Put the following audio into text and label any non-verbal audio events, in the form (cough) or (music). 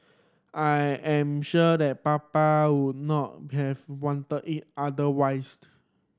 I am sure that Papa would not have wanted it otherwise (unintelligible)